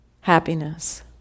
happiness